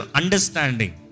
understanding